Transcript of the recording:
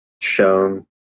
shown